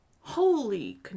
holy